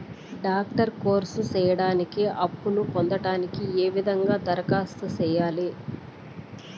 Doctor course సేయడానికి అప్పును పొందడానికి ఏ విధంగా దరఖాస్తు సేయాలి?